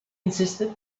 insisted